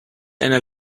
einer